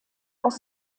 aus